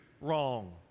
wrong